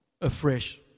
afresh